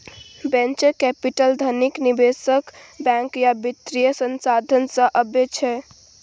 venture capital धनिक निबेशक, bank या बित्तीय संस्थान सँ अबै छै